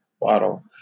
bottle